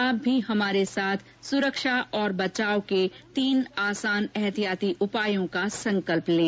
आप भी हमारे साथ सुरक्षा और बचाव के तीन आसान एहतियाती उपायों का संकल्प लें